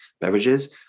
beverages